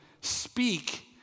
speak